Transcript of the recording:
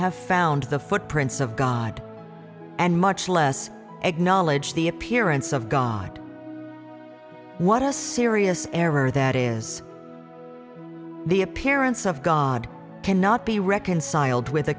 have found the footprints of god and much less acknowledge the appearance of god what a serious error that is the appearance of god cannot be reconciled with